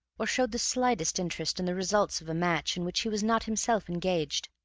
or showed the slightest interest in the result of a match in which he was not himself engaged.